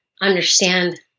understand